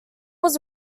was